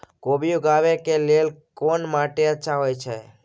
कोबी उगाबै के लेल कोन माटी अच्छा होय है?